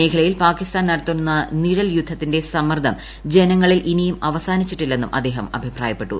മേഖലയിൽ പാകിസ്ഥാൻ ക്ട്ടത്തുന്ന നിഴൽ യുദ്ധത്തിന്റെ സമ്മർദ്ദം ജനങ്ങളിൽ ഇനിയും അവസാനിച്ചിട്ടില്ലെന്നും അദ്ദേഹം അഭിപ്രായപ്പെട്ടു